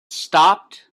stopped